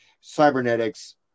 cybernetics